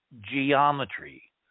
geometry